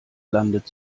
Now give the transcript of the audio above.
landet